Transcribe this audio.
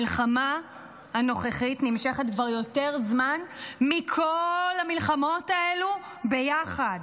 המלחמה הנוכחית נמשכת כבר יותר זמן מכל המלחמות האלה ביחד,